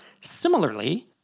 Similarly